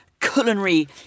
culinary